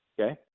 Okay